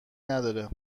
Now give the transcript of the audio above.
نداره